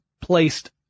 placed